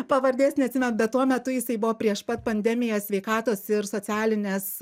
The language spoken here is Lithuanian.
pavardės neatsimenu bet tuo metu jisai buvo prieš pat pandemiją sveikatos ir socialinės